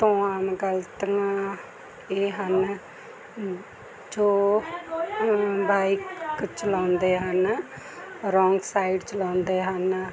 ਤੋਂ ਆਮ ਗਲਤੀਆਂ ਇਹ ਹਨ ਜੋ ਬਾਈਕ ਚਲਾਉਂਦੇ ਹਨ ਰੋਂਗ ਸਾਈਡ ਚਲਾਉਂਦੇ ਹਨ